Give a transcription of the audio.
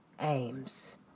aims